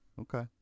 Okay